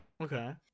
Okay